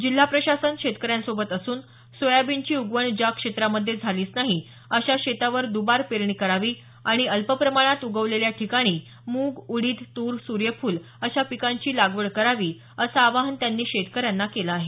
जिल्हा प्रशासन शेतकऱ्यांसोबत असून सोयाबीनची उगवण ज्या क्षेत्रामध्ये झालीच नाही अशा शेतावर दबार पेरणी करावी आणि अल्प प्रमाणात उगवलेल्या ठिकाणी मूग उडीद तूर सूर्यफूल अशा पिकांची लागवड करावी असं आवाहन त्यांनी शेतकर्यांना केलं आहे